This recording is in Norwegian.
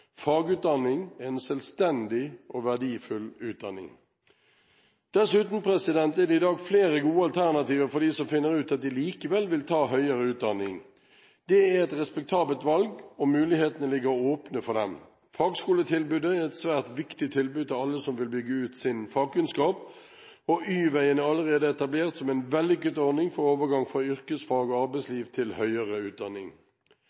Fagutdanning er en selvstendig og verdifull utdanning. Dessuten er det i dag flere gode alternativer for dem som finner ut at de likevel vil ta høyere utdanning. Det er et respektabelt valg, og mulighetene ligger åpne for dem. Fagskoletilbudet er et svært viktig tilbud til alle som vil bygge ut sin fagkunnskap, og Y-veien er allerede etablert som en vellykket ordning for overgang fra yrkesfag og arbeidsliv til høyere utdanning.